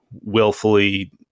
willfully